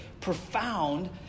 profound